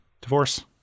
divorce